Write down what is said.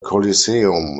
coliseum